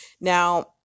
Now